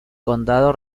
condado